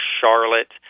Charlotte